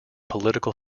political